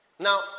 Now